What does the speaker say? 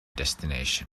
destination